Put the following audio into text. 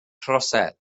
trosedd